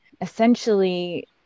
essentially